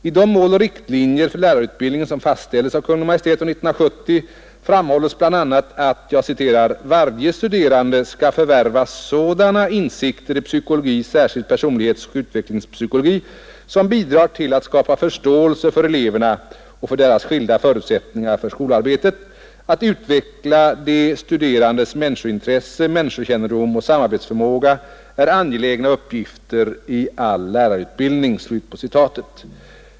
I de mål och riktlinjer för lärarutbildningen som fastställdes av Kungl. Maj:t år 1970 framhålls bl.a. att ”varje studerande skall förvärva sådana insikter i psykologi, särskilt personlighetsoch utvecklingspsykologi som bidrar till att skapa förståelse för eleverna och för deras skilda förutsättningar för skolarbetet ——— att utveckla de studerandes människointresse, människokännedom och samarbetsförmåga är angelägna uppgifter i all lärarutbildning”.